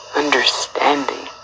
understanding